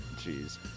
jeez